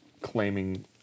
claiming